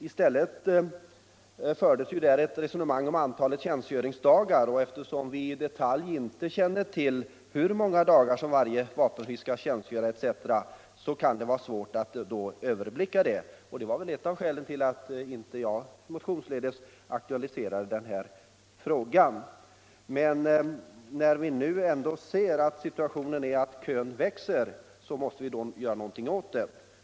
I propositionen fördes ett resonemang om antalet tjänstgöringsdagar, och eftersom vi inte i detalj känner till hur många dagar som varje vapenfri skall tjänstgöra etc., kan detta vara svårt att överblicka. Det var ett av skälen till att jag inte motionsledes aktualiserade denna fråga. Men när vi nu ändå ser att situationen är att kön växer, så måste vi göra något åt detta.